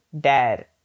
dad